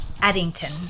Addington